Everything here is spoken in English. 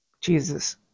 Jesus